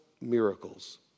miracles